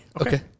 Okay